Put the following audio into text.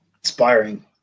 inspiring